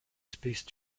space